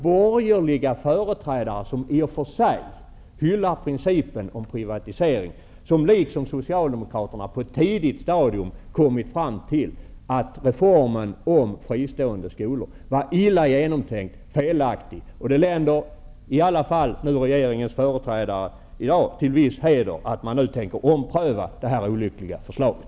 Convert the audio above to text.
Borgerliga företrädare, som i och för sig hyllar principen om privatisering, har alltså, liksom Socialdemokraterna, på ett tidigt stadium kommit fram till att reformen om fristående skolor var illa genomtänkt och felaktig. Det länder i alla fall regeringens företrädare i dag till viss heder att man nu tänker ompröva det här olyckliga förslaget.